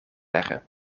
leggen